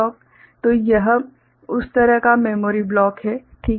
तो यह उस तरह का मेमोरी ब्लॉक है ठीक है